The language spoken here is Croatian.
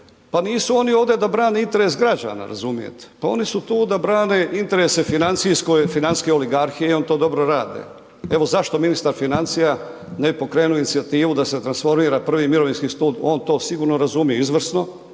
pa nisu oni ovdje da brane interes građana razumijete, pa oni su tu da brane interese financijske oligarhije i oni to dobro rade. Evo zašto ministar financija ne bi pokrenu inicijativu da se transformira prvi mirovinski stup on to sigurno razumije izvrsno